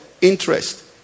interest